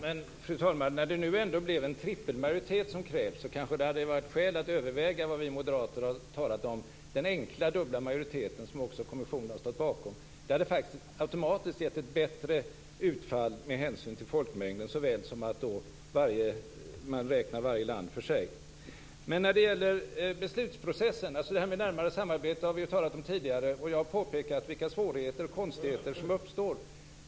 Fru talman! När det nu ändå blev så att en trippelmajoritet krävs hade det kanske funnits skäl att överväga vad vi moderater har talat om - den dubbla majoritet som också kommissionen stått bakom. Det hade faktiskt automatiskt gett ett bättre utfall med hänsyn till folkmängden lika väl som man räknar varje land för sig. Det här med närmare samarbete har vi ju tidigare talat om och jag har pekat på vilka svårigheter och konstigheter som uppstår.